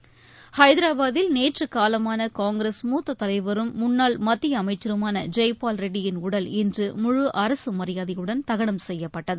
ஐதராபாத்தில் நேற்றுகாலமானகாங்கிரஸ் மூத்ததலைவரும் முன்னாள் மத்திய அமைச்சருமானஜெய்பால் ரெட்டியின் உடல் இன்று முழு அரசுமரியாதையுடன் தகனம் செய்யப்பட்டது